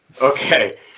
Okay